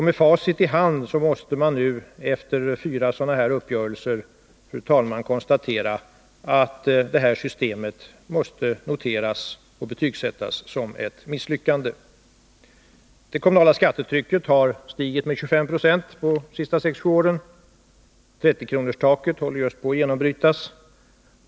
Med facit i hand måste man nu, fru talman, efter fyra sådana här uppgörelser, konstatera att det här systemet måste betygsättas som ett misslyckande. Det kommunala skattetrycket har stigit med 25 26 under de senaste sex sju åren. 30-kronorstaket håller just på att genombrytas.